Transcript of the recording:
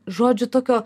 žodžiu tokio